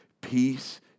peace